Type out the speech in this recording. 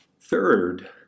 Third